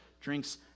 drinks